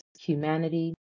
humanity